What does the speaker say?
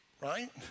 Right